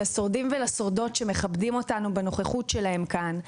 לשורדים ולשורדות שמכבדים אותנו בנוכחות שלהם כאן,